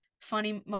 funny